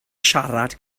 siarad